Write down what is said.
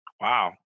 Wow